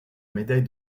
médaille